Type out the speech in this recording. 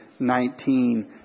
19